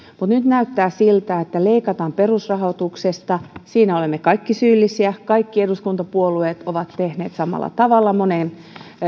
mutta nyt näyttää siltä että leikataan perusrahoituksesta siinä olemme kaikki syyllisiä kaikki eduskuntapuolueet ovat tehneet samalla tavalla monien